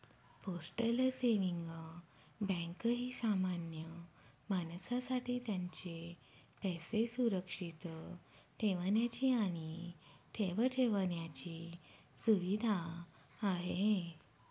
postal saving bank ही सामान्य माणसासाठी त्यांचे पैसे सुरक्षित ठेवण्याची आणि ठेव ठेवण्याची सुविधा आहे